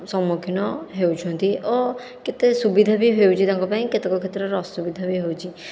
ସମ୍ମୁଖୀନ ହେଉଛନ୍ତି ଓ କେତେ ସୁବିଧା ବି ହେଉଛି ତାଙ୍କ ପାଇଁ କେତେକ କ୍ଷେତ୍ର ଅସୁବିଧା ବି ହେଉଛି